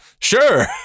sure